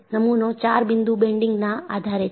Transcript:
નમૂનો ચાર બિંદુ બેન્ડિંગના આધારે છે